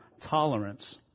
tolerance